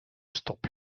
stop